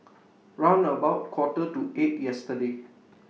round about Quarter to eight yesterday